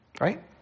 right